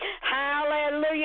Hallelujah